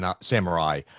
Samurai